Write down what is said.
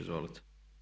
Izvolite.